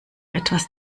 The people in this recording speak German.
etwas